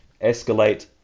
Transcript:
escalate